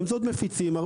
באמצעות מפיצים.